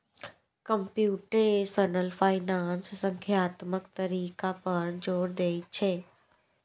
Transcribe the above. computational finance संख्यात्मक तरीका पर जोर दै छै